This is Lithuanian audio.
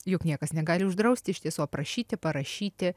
juk niekas negali uždrausti iš tiesų aprašyti parašyti